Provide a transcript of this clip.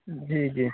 जी जी